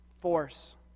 Force